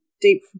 Deep